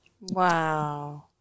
Wow